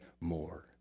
more